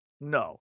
No